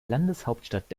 landeshauptstadt